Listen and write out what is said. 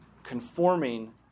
Conforming